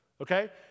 Okay